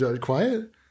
quiet